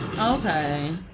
okay